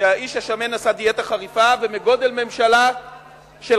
האיש השמן עשה דיאטה חריפה ומגודל ממשלה של